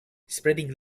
spreading